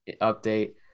update